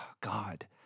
God